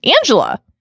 Angela